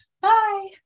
Bye